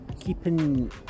keeping